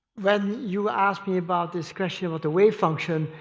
when you asked me about this question about the wave function,